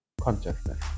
consciousness